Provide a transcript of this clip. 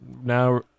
Now